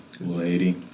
Lady